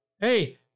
Hey